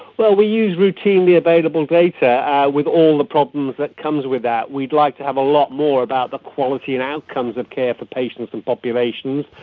well, we used routinely available data yeah with all the problems that comes with that. we'd like to have a lot more about the quality and outcomes of care for patients and populations,